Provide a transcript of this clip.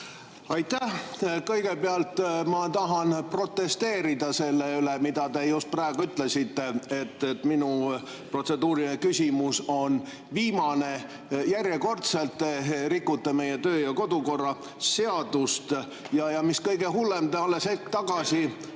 Aitäh! Kõigepealt ma tahan protesteerida selle vastu, mida te just praegu ütlesite: et minu protseduuriline küsimus on viimane. Järjekordselt te rikute meie töö‑ ja kodukorra seadust. Mis kõige hullem, te alles hetk tagasi